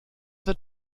wird